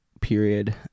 period